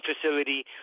facility